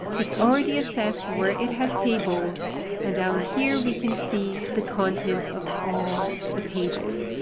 it's already assessed where it has tables and down here, we can see the contents of all the pages.